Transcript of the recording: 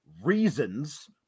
reasons